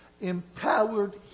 empowered